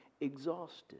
exhausted